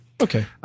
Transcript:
Okay